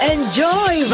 Enjoy